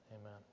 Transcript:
Amen